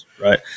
right